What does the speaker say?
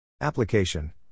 Application